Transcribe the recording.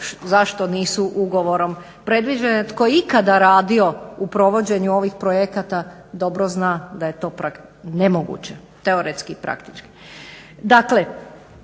za što nisu ugovorom predviđene. Tko je ikada radio u provođenju ovih projekata dobro zna da je to nemoguće teoretski i praktički.